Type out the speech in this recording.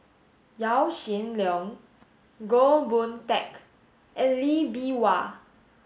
Yaw Shin Leong Goh Boon Teck and Lee Bee Wah